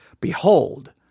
Behold